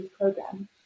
program